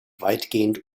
weitgehend